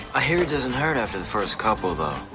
i hear it doesn't hurt after the first couple though.